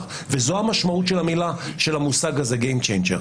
וזו המשמעות של המושג הזה גיים צ'נג'ר.